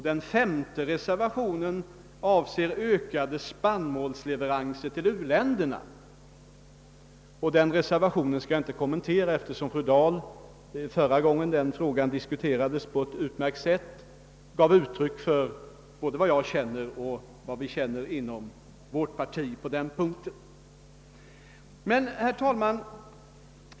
Den femte reservationen avser ökade spannmålsleveranser till u-länderna, men jag skall inte kommentera den eftersom fru Dahl förra gången frågan diskuterades på ett utmärkt sätt gav uttryck för vad både jag och vårt parti anser på den punkten. Herr talman!